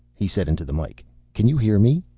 he said into the mike. can you hear me?